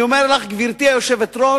ואני אומר לך, גברתי היושבת-ראש: